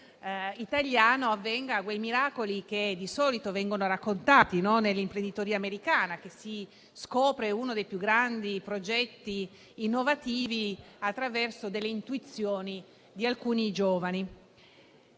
italiano, avvengano quei miracoli che di solito vengono raccontati nell'imprenditoria americana, o che si scoprano grandi progetti innovativi attraverso le intuizioni di alcuni giovani.